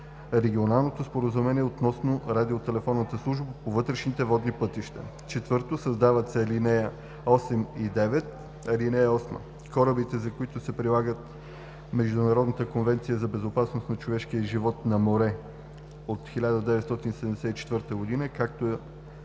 „Регионалното споразумение относно радиотелефонната служба по вътрешните водни пътища (RAINWAT)“. 4. Създават се ал. 8 и 9: „(8) Корабите, за които се прилагат Международната конвенция за безопасност на човешкия живот на море от 1974 г. (SOLAS), както е